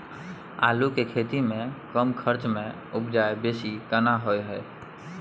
आलू के खेती में कम खर्च में उपजा बेसी केना होय है?